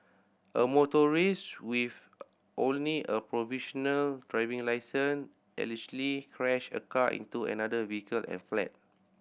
a motorist with only a provisional driving licence allegedly crashed a car into another vehicle and fled